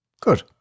Good